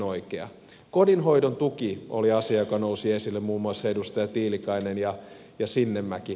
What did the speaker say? kodinhoidon tuki oli asia joka nousi esille muun muassa edustajat tiilikainen ja sinnemäki